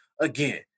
again